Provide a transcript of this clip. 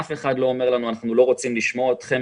אף אחד לא אומר לנו שהוא לא רוצה לשמוע אותנו.